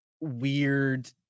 weird